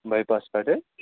باےپاسَس پٮ۪ٹھ ہہ